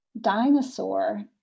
dinosaur